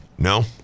No